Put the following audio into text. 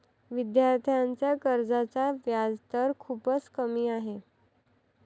विद्यार्थ्यांच्या कर्जाचा व्याजदर खूपच कमी आहे